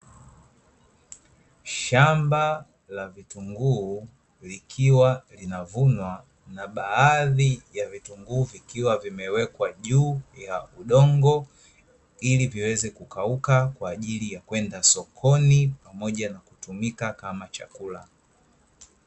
Shamba la vitunguu likiwa linavunwa na baadhi ya vitunguu vikiwa vimewekwa juu ya udongo, ili viweze kukauka kwa ajili ya kwenda sokoni pamoja na kutumika kama chakula.